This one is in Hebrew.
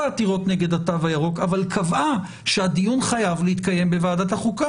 העתירות נגד התו הירוק אבל קבעה שהדיון חייב להתקיים בוועדת החוקה,